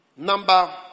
Number